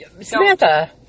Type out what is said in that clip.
Samantha